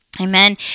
Amen